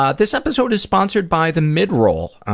ah this episode is sponsored by the midroll,